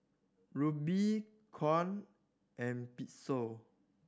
Rupee Kyat and Peso